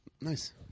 Nice